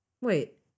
Wait